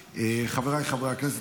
חבריי חברי הכנסת,